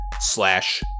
Slash